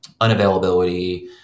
unavailability